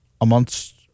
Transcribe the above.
amongst